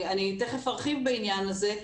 אני תיכף ארחיב בעניין הזה.